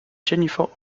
jennifer